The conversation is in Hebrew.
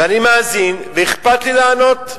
ואני מאזין, ואכפת לי לענות.